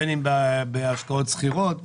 בין אם בהשקעות סחירות,